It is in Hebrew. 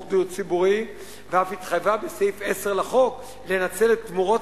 דיור ציבורי ואף התחייבה בסעיף 10 לחוק לנצל את תמורות